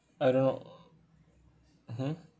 I don't know (uh huh)